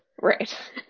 Right